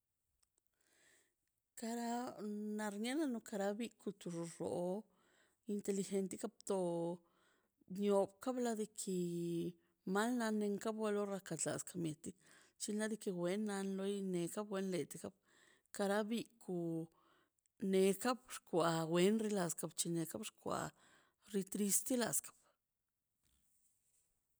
Karaꞌ nnaꞌ rnia naꞌ no nukaraꞌ bi kuturo xoxoo inteligente kaptoo nio ka bladekii malna nenka bualo rrakaꞌ zalkzək mitik chilan deki wennaꞌ loi ne ga wenḻet karaꞌ bi ku ne ka bxkwa wenr ḻaskaꞌ kapchineꞌ gapxkwa ritriste laskaꞌḻa.